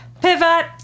pivot